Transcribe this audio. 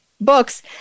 books